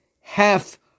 half